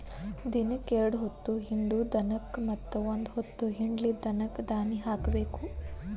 ದಿನಕ್ಕ ಎರ್ಡ್ ಹೊತ್ತ ಹಿಂಡು ದನಕ್ಕ ಮತ್ತ ಒಂದ ಹೊತ್ತ ಹಿಂಡಲಿದ ದನಕ್ಕ ದಾನಿ ಹಾಕಬೇಕ